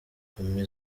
kumi